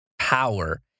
power